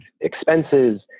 expenses